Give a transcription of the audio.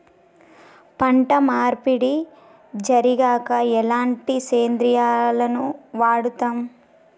పంట మార్పిడి జరిగాక ఎలాంటి సేంద్రియాలను వాడుతం?